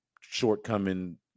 shortcoming